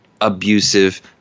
abusive